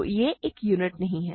तो यह एक यूनिट नहीं है